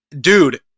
dude